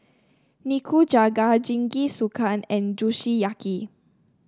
Nikujaga Jingisukan and Kushiyaki